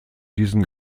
diesen